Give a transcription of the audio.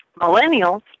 Millennials